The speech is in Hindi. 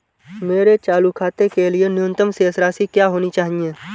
मेरे चालू खाते के लिए न्यूनतम शेष राशि क्या होनी चाहिए?